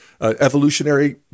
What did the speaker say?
evolutionary